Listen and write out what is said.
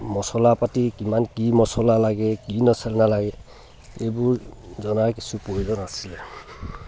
মছলা পাতি কিমান কি মছলা লাগে কি নালাগে এইবোৰ জনাৰ কিছু প্ৰয়োজন আছিলে